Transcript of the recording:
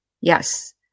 yes